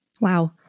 Wow